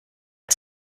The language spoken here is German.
als